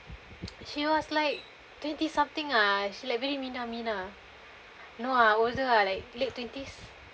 she was like twenty something uh she's like very minah minah no I older ah like late twenties